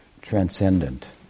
transcendent